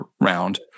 round